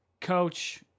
coach